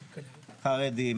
כמו חרדים,